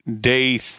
day